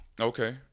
Okay